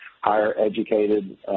higher-educated